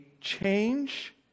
change